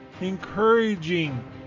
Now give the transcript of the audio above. encouraging